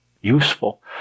useful